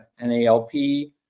NALP